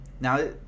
now